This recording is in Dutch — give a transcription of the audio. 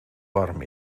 warm